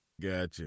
Gotcha